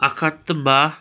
اَکھ ہَتھ تہٕ بَہہ